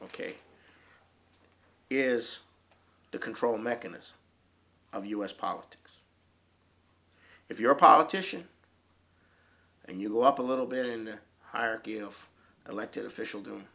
ok is the control mechanism of u s politics if you're a politician and you go up a little bit in hierarchy of elected official do